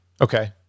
Okay